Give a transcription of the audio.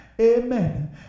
amen